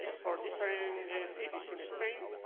and for different and cities in spain.